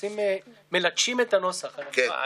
לצערי,